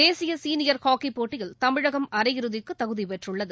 தேசிய சீனியர் ஹாக்கிப் போட்டியில் தமிழகம் அரை இறுதிக்கு தகுதி பெற்றுள்ளது